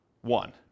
one